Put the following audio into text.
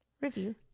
review